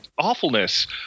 awfulness